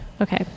Okay